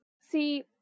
See